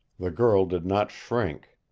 the girl did not shrink.